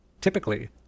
Typically